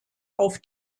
auf